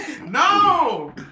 No